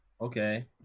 okay